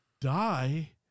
die